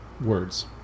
words